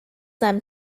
them